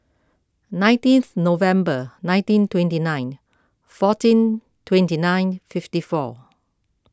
nineteenth November nineteen twenty nine fourteen twenty nine fifty four